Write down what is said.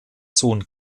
sohn